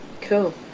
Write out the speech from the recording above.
cool